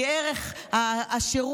אלא כי ערך השירות,